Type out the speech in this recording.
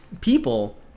people